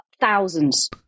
Thousands